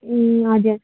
ए हजुर